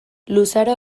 luzaro